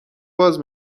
باز